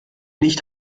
nicht